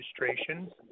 registrations